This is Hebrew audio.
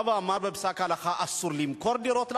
בא ואמר בפסק הלכה: אסור למכור דירות לערבים,